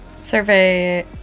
Survey